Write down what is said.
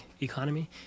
economy